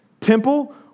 Temple